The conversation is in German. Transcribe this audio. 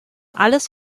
alles